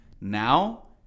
now